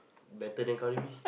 better than Karabi